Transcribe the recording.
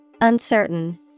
Uncertain